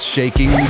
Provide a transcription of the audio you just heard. Shaking